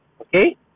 okay